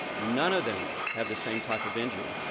none of them have the same type of injury.